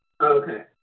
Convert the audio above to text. Okay